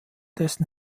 dessen